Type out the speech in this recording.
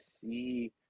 see